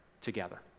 together